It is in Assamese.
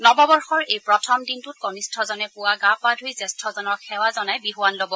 নৱবৰ্ষৰ এই প্ৰথম দিনটোত কনিষ্ঠজনে পুৱা গা পা ধুই জ্যেষ্ঠজনক সেৱা জনাই বিহুৱান ল'ব